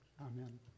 Amen